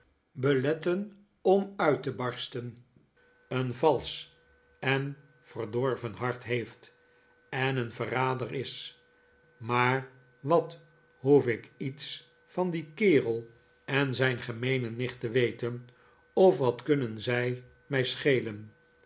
beletten om uit te barsten een valsch en verdorven hart heeft en een verrader is maar wat hoef ik iets van dien kerel en zijn gemeene nicht te weten of wat kunnen zij mij schelen